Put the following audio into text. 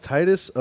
Titus